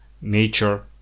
nature